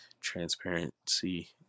transparency